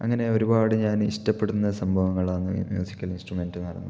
അങ്ങനെ ഒരുപാട് ഞാന് ഇഷ്ടപ്പെടുന്ന സംഭവങ്ങളാണ് മ്യൂസിക്കല് ഇന്സ്ട്രമെന്റ്സ് എന്ന് പറയുന്നത്